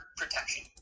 protection